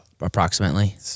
Approximately